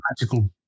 magical